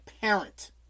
parent